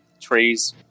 trees